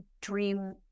dream